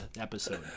episode